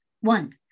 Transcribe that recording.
One